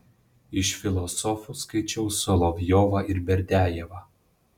iš filosofų skaičiau solovjovą ir berdiajevą